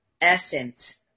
essence